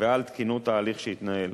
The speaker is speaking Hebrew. ועל תקינות ההליך שיתנהל.